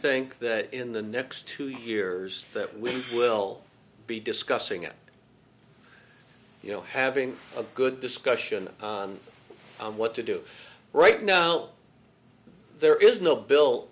think that in the next two years that we will be discussing it you know having a good discussion on what to do right now there is no bill